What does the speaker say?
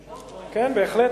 בהחלט,